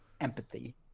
empathy